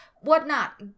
whatnot